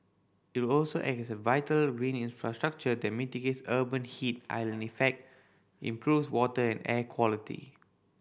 it will also act as a vital green infrastructure that mitigates urban heat island effect improves water and air quality